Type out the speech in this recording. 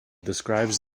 describes